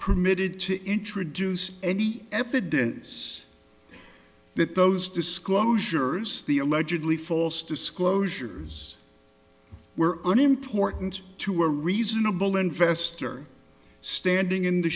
permitted to introduce any evidence that those disclosures the allegedly false disclosures were unimportant to a reasonable investor standing in the